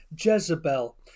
Jezebel